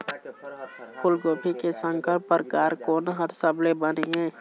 फूलगोभी के संकर परकार कोन हर सबले बने ये?